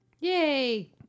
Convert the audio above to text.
Yay